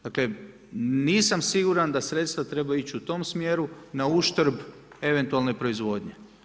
Dakle, nisam siguran da sredstva trebaju ići u tom smjeru na uštrb eventualne proizvodnje.